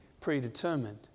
predetermined